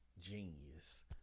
genius